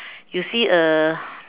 you see a